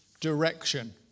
direction